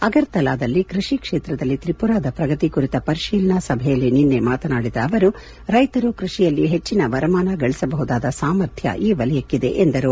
ಅಗರ್ತಲಾದಲ್ಲಿ ಕೃಷಿ ಕ್ಷೇತ್ರದಲ್ಲಿ ತ್ರಿಪುರಾದ ಪ್ರಗತಿ ಕುರಿತ ಪರಿಶೀಲನಾ ಸಭೆಯಲ್ಲಿ ನಿನ್ನೆ ಮಾತನಾಡಿದ ಅವರು ರೈತರು ಕೃಷಿಯಲ್ಲಿ ಹೆಚ್ಚಿನ ವರಮಾನ ಗಳಿಸಬಹುದಾದ ಸಾಮರ್ಥ್ಯ ಈ ವಲಯಕ್ಕಿದೆ ಎಂದರು